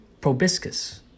proboscis